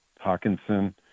Hawkinson